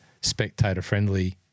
spectator-friendly